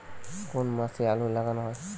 কোন মাসে আলু লাগানো হয়?